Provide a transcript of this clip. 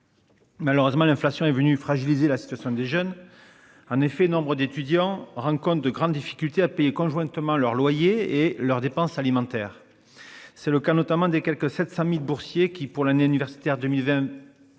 Malheureusement, l'inflation est venue fragiliser la situation des jeunes. En effet, nombre d'étudiants rencontre de grandes difficultés à payer conjointement leurs loyers et leurs dépenses alimentaires. C'est le cas notamment des quelque 700.000 boursiers qui, pour l'année universitaire 2020.